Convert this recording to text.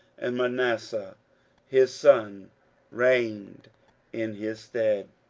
and manasseh his son reigned in his stead.